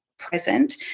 present